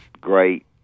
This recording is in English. great